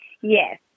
Yes